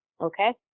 Okay